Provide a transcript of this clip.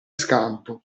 scampo